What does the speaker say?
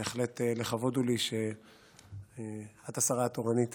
בהחלט לכבוד הוא לי שאת השרה התורנית